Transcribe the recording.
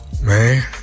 Man